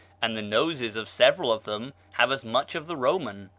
and the noses of several of them have as much of the roman.